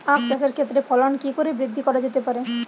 আক চাষের ক্ষেত্রে ফলন কি করে বৃদ্ধি করা যেতে পারে?